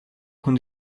con